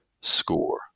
Score